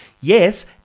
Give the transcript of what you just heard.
yes